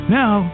now